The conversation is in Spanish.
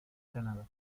granada